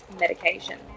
medication